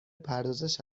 پردازش